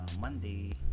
Monday